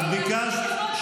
לא, לא, לא.